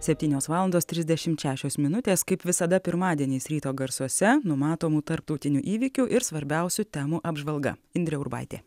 septynios valandos trisdešimt šešios minutės kaip visada pirmadieniais ryto garsuose numatomų tarptautinių įvykių ir svarbiausių temų apžvalga indrė urbaitė